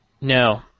No